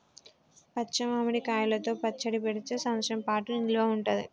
పచ్చి మామిడి కాయలతో పచ్చడి పెడితే సంవత్సరం పాటు నిల్వ ఉంటది